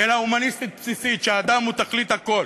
אלא הומניסטית בסיסית, שהאדם הוא תכלית הכול